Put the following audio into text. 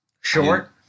Short